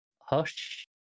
Hush